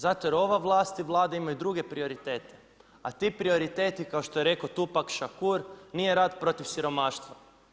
Zato jer ova vlast i Vlada imaju druge prioritete, a ti prioriteti kao što je rekao Tupac Shakur, nije rat protiv siromaštva.